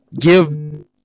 give